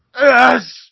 yes